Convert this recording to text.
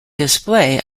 display